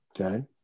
Okay